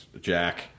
Jack